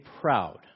proud